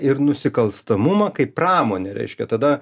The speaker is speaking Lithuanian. ir nusikalstamumą kaip pramonė reiškia tada